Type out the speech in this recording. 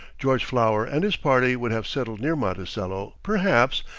george flower and his party would have settled near monticello, perhaps,